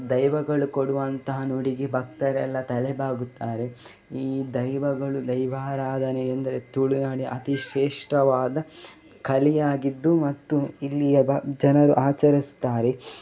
ದೈವಗಳು ಕೊಡುವಂತಹ ನುಡಿಗೆ ಭಕ್ತರೆಲ್ಲ ತಲೆ ಬಾಗುತ್ತಾರೆ ಈ ದೈವಗಳು ದೈವಾರಾಧನೆ ಎಂದರೆ ತುಳುನಾಡಿನ ಅತಿ ಶೇಷ್ಠವಾದ ಕಲೆಯಾಗಿದ್ದು ಮತ್ತು ಇಲ್ಲಿಯ ಬ ಜನರು ಆಚರಿಸ್ತಾರೆ